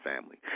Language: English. family